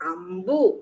Ambu